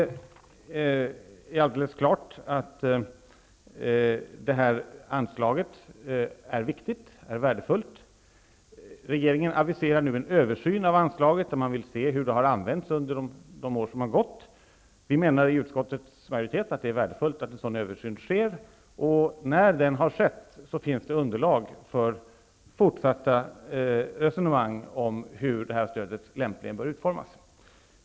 Självfallet är det här anslaget viktigt och värdefullt. Regeringen aviserar nu en översyn av anslaget, där man vill se hur det har använts undr de år som har gått. Vi menar i utskottets majoritet att det är värdefullt att en sådan översyn sker. När den har skett finns underlag för fortsatta resonemang om hur det här stödet lämpligen bör utformas.